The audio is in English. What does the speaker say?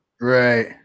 Right